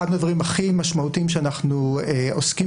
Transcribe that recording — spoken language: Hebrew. אחד מהדברים הכי משמעותיים שאנחנו עוסקים